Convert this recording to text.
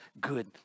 good